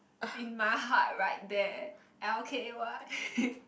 in my heart right there l_k_y